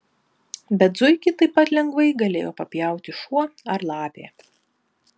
bet zuikį taip pat lengvai galėjo papjauti šuo ar lapė